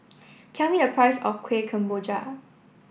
tell me the price of Kueh Kemboja